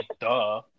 duh